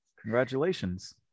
congratulations